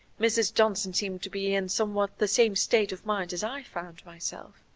mrs. johnson seemed to be in somewhat the same state of mind as i found myself.